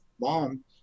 mom